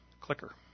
clicker